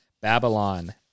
babylon